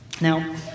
Now